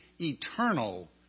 eternal